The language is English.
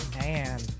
Man